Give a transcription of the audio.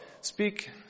speak